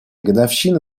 годовщина